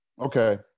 Okay